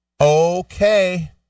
Okay